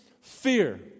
fear